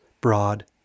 Broad